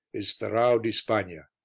is ferrau di spagna.